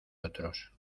otros